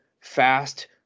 fast